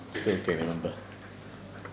still can remember